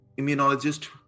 immunologist